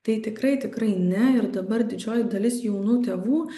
tai tikrai tikrai ne ir dabar ir didžioji dalis jaunų tėvų